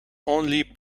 only